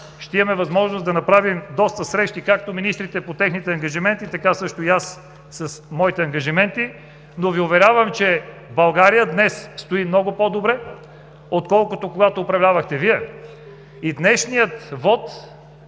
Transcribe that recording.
ще имаме възможност да направим доста срещи – както министрите по техните ангажименти, така също и аз с моите ангажименти. Уверявам Ви, че България днес стои много по-добре, отколкото когато управлявахте Вие. Днешният вот